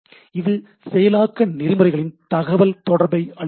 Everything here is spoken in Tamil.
இது செயலாக்க செயல்முறைகளின் தகவல் தொடர்பை அளிக்கிறது